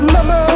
Mama